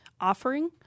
offering